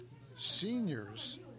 seniors